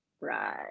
right